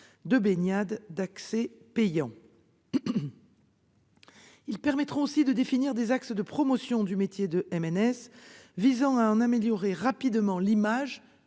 de baignade d'accès payant. De plus, ils permettront de définir des axes de promotion du métier de MNS visant à en améliorer rapidement l'image